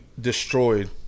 destroyed